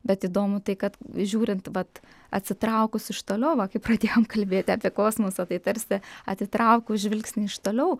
bet įdomu tai kad žiūrint vat atsitraukus iš toliau va kai pradėjom kalbėti apie kosmosą tai tarsi atitraukus žvilgsnį iš toliau